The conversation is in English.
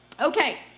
Okay